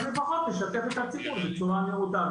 אז לפחות תשתף את הציבור בצורה נאותה.